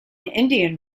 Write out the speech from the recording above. indian